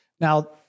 Now